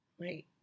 right